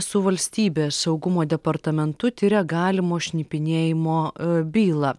su valstybės saugumo departamentu tiria galimo šnipinėjimo bylą